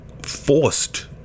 forced